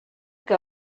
que